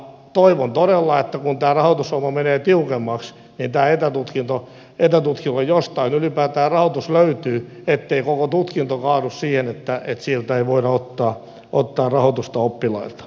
toivon todella että kun tämä rahoitushomma menee tiukemmaksi niin tähän etätutkintoon jostain ylipäätään rahoitus löytyy ettei koko tutkinto kaadu siihen että siitä ei voida ottaa rahoitusta oppilailta